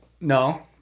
No